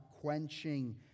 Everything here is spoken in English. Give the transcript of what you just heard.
quenching